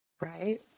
right